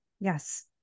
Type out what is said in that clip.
Yes